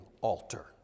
altar